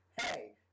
Hey